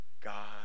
God